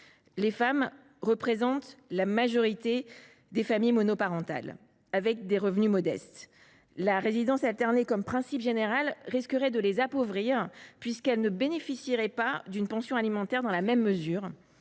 Les femmes représentent la majorité des familles monoparentales avec des revenus modestes : la résidence alternée, érigée en principe général, risquerait de les appauvrir, puisqu’elles bénéficieraient d’une pension alimentaire moindre.